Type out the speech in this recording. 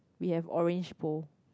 we have orange bowl